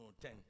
ten